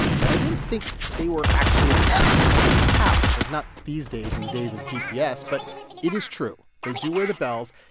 but i didn't think they were actually attached to the cows, like, not these days, in the days of gps. but it is true. they do wear the bells,